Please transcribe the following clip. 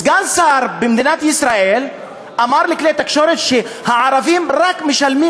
סגן שר במדינת ישראל אמר לכלי התקשורת שהערבים משלמים,